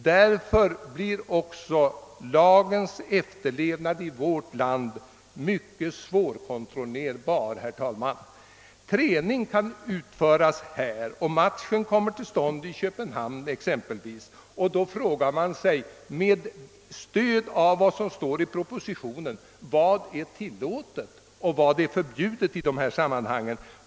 Därför blir också lagens efterlevnad i vårt land mycket svårkontrollerbar, herr talman. En match kan exempelvis komma till stånd i Köpenhamn, men träningen utförs här. Då frågar man sig med stöd av vad som står i propositionen: Vad är tillåtet och vad är förbjudet i detta sammanhang?